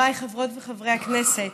חבריי חברות וחברי הכנסת,